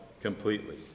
completely